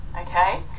Okay